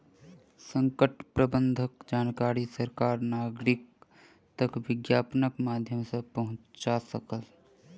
संकट प्रबंधनक जानकारी सरकार नागरिक तक विज्ञापनक माध्यम सॅ पहुंचा सकल